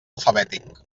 alfabètic